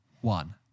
one